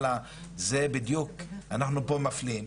אנחנו פה מפלים.